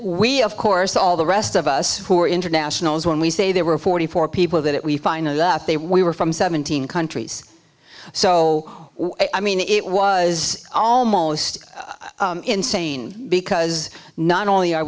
we of course all the rest of us who are internationals when we say there were forty four people that we find out they were from seventeen countries so i mean it was almost insane because not only are